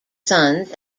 sons